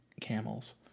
camels